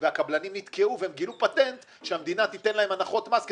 אני רוצה לומר הרבה תודה לשגית על המאמץ האדיר שהיא